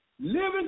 living